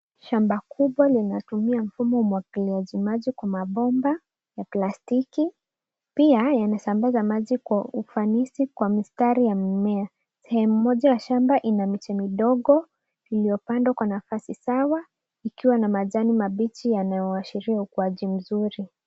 Shamba kubwa linatumia mfumo wa umwagiliaji maji, kwa mabomba ya plastiki, pia yanasambaza maji kwa ufanisi, kwa mistari ya mimea. Sehemu moja ya shamba ina miti midogo iliyopandwa kwa nafasi sawa, ikiwa na majani mabichi yanayoashiria ukuaji mzuri.